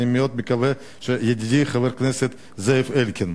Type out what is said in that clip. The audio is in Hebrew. אני מאוד מקווה שידידי חבר כנסת זאב אלקין,